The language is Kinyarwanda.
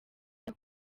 ibyo